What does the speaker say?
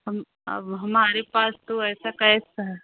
हम अब हमारे पास तो ऐसा केस